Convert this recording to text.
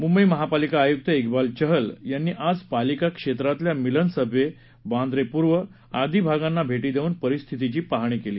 मुंबई महापालिका आयुक्त इक्बाल चहल यांनी आज पालिका क्षेत्रातल्या मिलन सबवे वांद्रे पूर्व आदि भागांना भेटी देऊन परिस्थितीची पाहणी केली